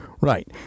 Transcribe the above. Right